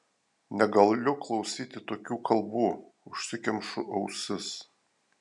negaliu klausyti tokių kalbų užsikemšu ausis